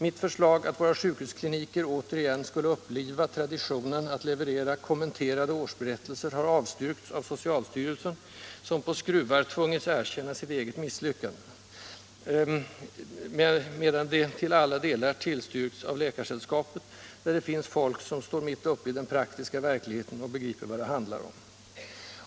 Mitt förslag att våra sjukhuskliniker återigen skulle uppliva traditionen att leverera kommenterade årsberättelser har avstyrkts av socialstyrelsen, som på skruvar tvungits erkänna sitt eget misslyckande, medan det till alla delar tillstyrkts av Läkaresällskapet, där det finns folk som står mitt uppe i den praktiska verksamheten och begriper vad det handlar om.